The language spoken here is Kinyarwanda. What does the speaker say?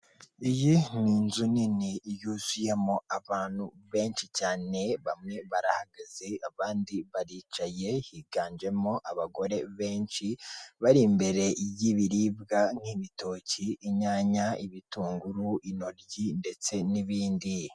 Iyi ni inzu nini yuzuyemo abantu benshi cyane, bamwe barahaga, abandi baricaye, higanjemo abagore benshi bari imbere y'ibiribwa, nk'ibitoki, inyanya, ibitunguru, intoryi, ndetse n'ibindi.